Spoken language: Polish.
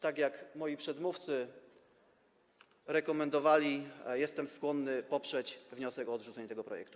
Tak jak moi przedmówcy rekomendowali, jestem skłonny poprzeć wniosek o odrzucenie tego projektu.